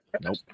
Nope